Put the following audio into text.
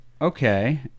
Okay